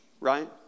right